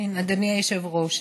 אדוני היושב-ראש,